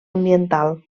ambiental